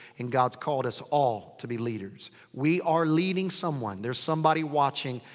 and god's called us all to be leaders. we are leading someone. there's somebody watching.